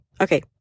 Okay